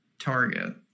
target